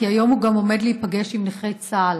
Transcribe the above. כי היום הוא גם עומד להיפגש עם נכי צה"ל.